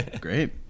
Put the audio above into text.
Great